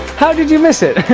how did you miss it?